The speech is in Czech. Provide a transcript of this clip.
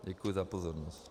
Děkuji za pozornost.